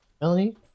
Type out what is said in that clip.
Melanie